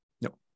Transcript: No